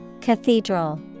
Cathedral